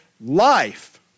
Life